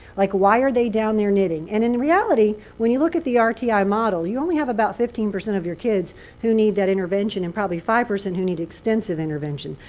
like why are they down there knitting? and in reality, when you look at the ah rti model, you only have about fifteen percent of your kids who need that intervention and probably five percent who need extensive intervention.